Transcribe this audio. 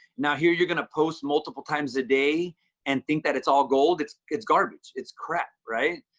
now here you're going to post multiple times a day and think that it's all gold. it's it's garbage. it's crap, right?